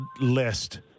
list